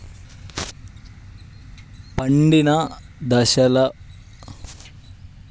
పండిన దశ వరకు మొక్కల ను ఏ విధంగా కాపాడాలి?